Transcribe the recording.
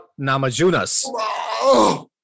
Namajunas